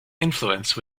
influence